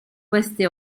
queste